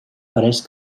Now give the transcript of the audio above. pareix